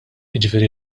jiġifieri